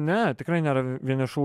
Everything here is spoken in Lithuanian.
ne tikrai nėra vienišų